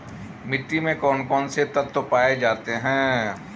मिट्टी में कौन कौन से तत्व पाए जाते हैं?